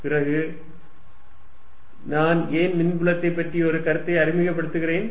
பிறகு நான் ஏன் மின்புலத்தை பற்றிய ஒரு கருத்தை அறிமுகப்படுத்துகிறேன்